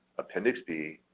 appendix b,